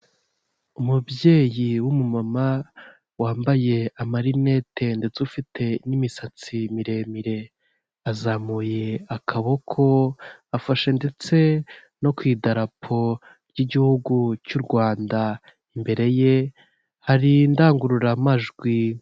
Umubyeyi w'umumama wambaye amarinete ndetse ufite n'imisatsi miremire, azamuye akaboko afashe ndetse no ku idarapo ry'igihugu cy'u Rwanda imbere ye hari indangururamajwi.